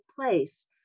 place